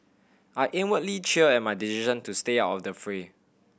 I inwardly cheer at my decision to stay out of the fray